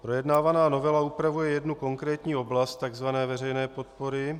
Projednávaná novela upravuje jednu konkrétní oblast, takzvané veřejné podpory.